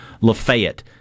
Lafayette